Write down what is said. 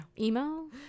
emo